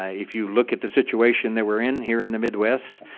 ah if you look at the situation that we're in here in the midwest,